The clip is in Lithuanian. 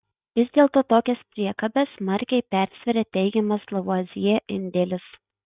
vis dėlto tokias priekabes smarkiai persveria teigiamas lavuazjė indėlis